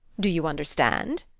do you understand?